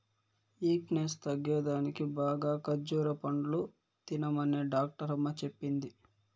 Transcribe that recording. weakness తగ్గేదానికి బాగా ఖజ్జూర పండ్లు తినమనే డాక్టరమ్మ చెప్పింది